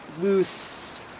loose